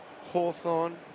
hawthorne